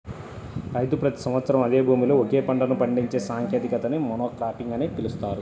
రైతు ప్రతి సంవత్సరం అదే భూమిలో ఒకే పంటను పండించే సాంకేతికతని మోనోక్రాపింగ్ అని పిలుస్తారు